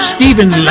Stephen